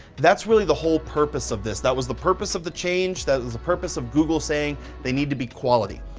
that's really the whole purpose of this. that was the purpose of the change, that was the purpose of google saying they need to be quality.